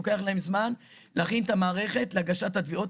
לוקח להם זמן להכין את המערכת להגשת התביעות.